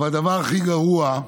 אבל הדבר הכי גרוע,